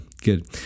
good